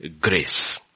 grace